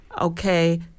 okay